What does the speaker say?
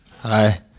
Hi